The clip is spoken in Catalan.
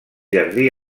jardí